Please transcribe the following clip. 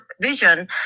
vision